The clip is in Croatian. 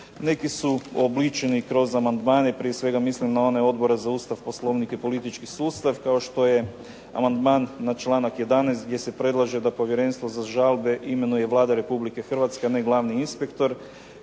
Neki su uobličeni kroz amandmane. Prije svega mislim na one Odbora za Ustav, Poslovnik i politički sustav kao što je amandman na članak 11. gdje se predlaže da Povjerenstvo za žalbe imenuje Vlada Republike Hrvatske, a ne glavni inspektor